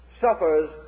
suffers